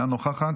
אינה נוכחת.